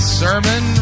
sermon